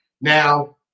Now